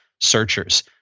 searchers